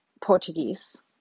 Portuguese